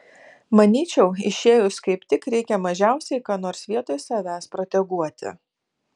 manyčiau išėjus kaip tik reikia mažiausiai ką nors vietoj savęs proteguoti